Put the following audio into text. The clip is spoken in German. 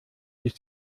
sich